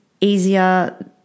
easier